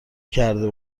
کرده